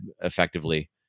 effectively